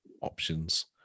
options